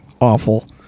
awful